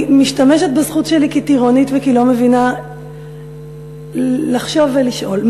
אני משתמשת בזכות שלי כטירונית וכלא-מבינה לחשוב ולשאול,